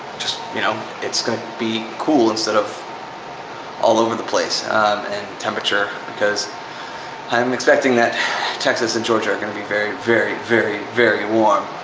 you know it's gonna be cool instead of all over the place in temperature. because i am expecting that texas and georgia are gonna be very, very, very, very warm.